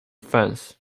fence